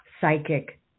psychic